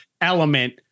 element